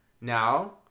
Now